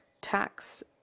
tax